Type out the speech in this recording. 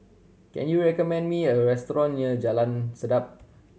can you recommend me a restaurant near Jalan Sedap